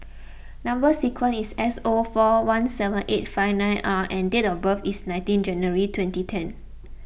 Number Sequence is S O four one seven eight five nine R and date of birth is nineteen January twenty ten